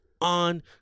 on